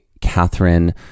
Catherine